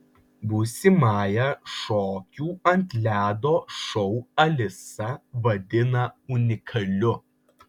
būsimąją šokių ant ledo šou alisa vadina unikaliu